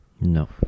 No